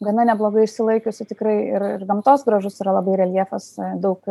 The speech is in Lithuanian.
gana neblogai išsilaikiusių tikrai ir ir gamtos gražus yra labai reljefas daug